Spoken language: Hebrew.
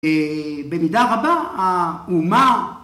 ‫במידה רבה, האומה